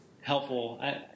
helpful